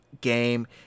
game